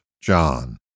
John